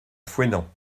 fouesnant